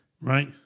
right